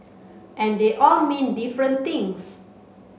and they all mean different things